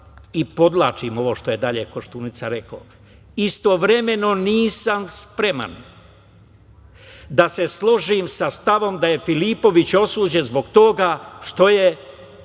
Podvlačim ovo što je dalje Koštunica rekao: „Istovremeno, nisam spreman da se složim sa stavom da je Filipović osuđen zbog toga što je